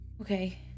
Okay